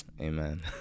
amen